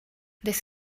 this